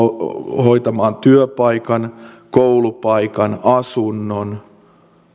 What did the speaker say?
hoitamaan työpaikan koulupaikan asunnon